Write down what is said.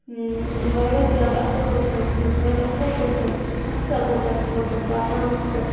واریاہ زیادٕ اَصٕل پٲٹھۍ سُہ یُتھ وَنۍ اَصٕل پٲٹھۍ وَتھ سا گوٚبرَتھ تھوٚد بہٕ پَرناوَتھ ژٕ